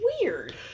Weird